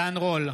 עידן רול,